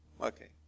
Okay